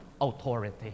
authority